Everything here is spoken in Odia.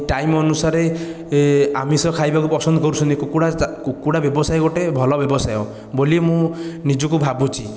ଟାଇମ୍ ଅନୁସାରେ ଆମିଷ ଖାଇବାକୁ ପସନ୍ଦ କରୁଛନ୍ତି କୁକୁଡ଼ା କୁକୁଡ଼ା ବ୍ୟବସାୟ ଗୋଟିଏ ଭଲ ବ୍ୟବସାୟ ବୋଲି ମୁଁ ନିଜକୁ ଭାବୁଛି